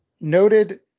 noted